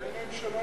אין ממשלה?